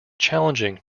challenging